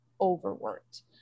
overworked